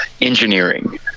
engineering